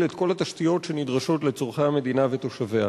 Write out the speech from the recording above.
את כל התשתיות שנדרשות לצורכי המדינה ותושביה,